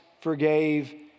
forgave